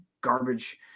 garbage